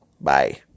Bye